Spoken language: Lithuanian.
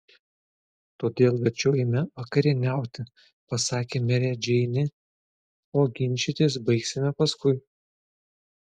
todėl verčiau eime vakarieniauti pasakė merė džeinė o ginčytis baigsime paskui